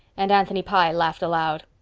and anthony pye laughed aloud.